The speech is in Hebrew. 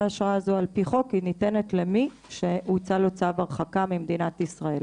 האשרה הזו על פי חוק ניתנת למי שהוצא לו צו הרחקה ממדינת ישראל,